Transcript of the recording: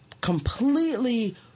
completely